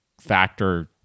factor